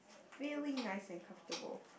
really nice and comfortable